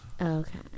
Okay